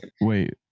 Wait